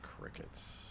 Crickets